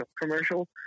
commercial